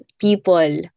people